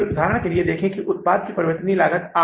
तो ख़रीद के लिए भुगतान क्या हैं